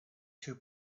two